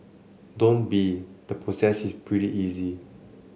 don't be the process is pretty easy